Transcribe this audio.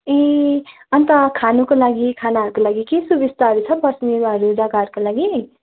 ए अन्त खानुको लागि खानाहरूको लागि के सुविस्ताहरू छ बस्नुहरू जग्गाहरूको लागि